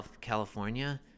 California